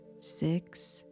six